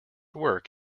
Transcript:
work